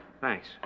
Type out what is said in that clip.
Thanks